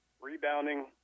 rebounding